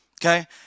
okay